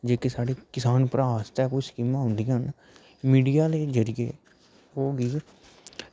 जेह्के साढ़े कोई किसान भ्राऽ आस्तै कोई स्कीमां औंदियां न मीडिया आह्ले जरिये